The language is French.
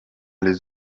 les